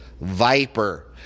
viper